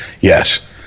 Yes